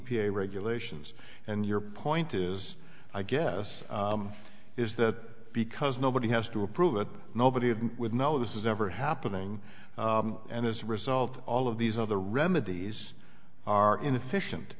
a regulations and your point is i guess is that because nobody has to approve it nobody would know this is ever happening and as a result all of these other remedies are inefficient